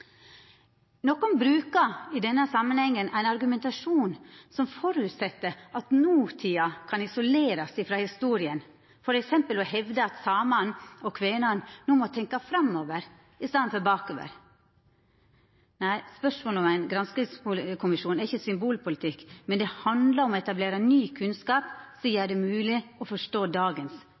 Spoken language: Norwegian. brukar i denne samanhengen ein argumentasjon som føreset at notida kan isolerast frå historia, f.eks. ved å hevda at samane og kvenane no må tenkja framover i staden for bakover. Spørsmålet om ein granskingskommisjon er ikkje symbolpolitikk, men handlar om å etablera ny kunnskap, som gjer det mogleg å forstå dagens